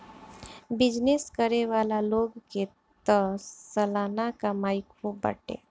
business करे वाला लोग के तअ सलाना कमाई खूब बाटे